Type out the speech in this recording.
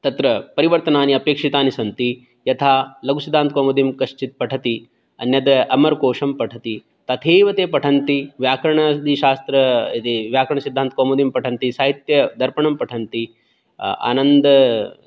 तत्र परिवर्तनानि अपेक्षितानि सन्ति यथा लघुसिद्धान्तकौमुदीं कश्चित् पठति अन्यद् अमरकोशं पठति तथैव ते पठन्ति व्याकरणादि शास्त्र यदि व्याकरणसिद्धान्तकौमुदीं पठन्ति साहित्यदर्पणं पठन्ति आनन्द